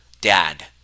dad